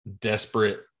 desperate